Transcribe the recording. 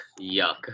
yuck